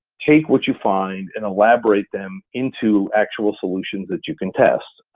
take what you find and elaborate them into actual solutions that you can test.